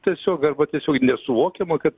tiesiog arba tiesiog nesuvokiama kad